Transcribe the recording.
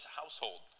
household